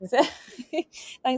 Thanks